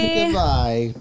Goodbye